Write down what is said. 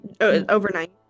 overnight